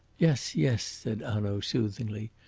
yes, yes, said hanaud soothingly.